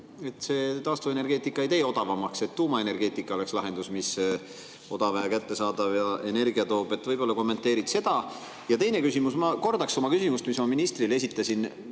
et taastuvenergeetika ei tee hinda odavamaks, et tuumaenergeetika oleks lahendus, mis odava ja kättesaadava energia toob. Võib-olla kommenteerid seda? Ja teine küsimus. Ma kordaksin oma küsimust, mille ma ministrile esitasin.